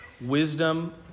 wisdom